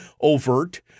overt